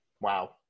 Wow